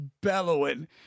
bellowing